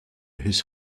his